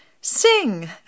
Sing